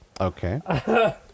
Okay